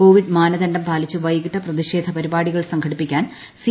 Covid മാനദണ്ഡം പാലിച്ച് വൈകിട്ട് പ്രതിഷേധ പരിപാടികൾ സംഘടിപ്പിക്കാൻ സി